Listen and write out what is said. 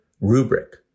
rubric